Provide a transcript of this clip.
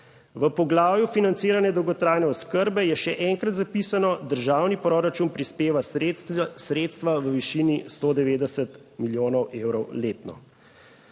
V poglavju Financiranja dolgotrajne oskrbe je še enkrat zapisano: "Državni proračun prispeva sredstva v višini 190 milijonov evrov letno".